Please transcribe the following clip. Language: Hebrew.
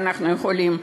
ואנחנו יכולים,